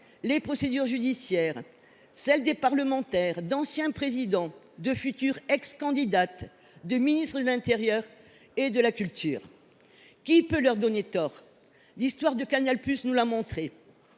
les procédures judiciaires concernant des parlementaires, d’anciens présidents, de futures ex candidates, des ministres de l’intérieur ou de la culture… Qui peut leur donner tort ? L’histoire de Canal+ a démontré